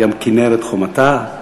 / ים כינרת חומתה,